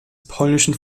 polnischen